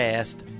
Past